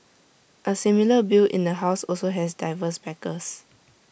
A similar bill in the house also has diverse backers